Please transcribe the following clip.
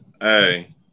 Hey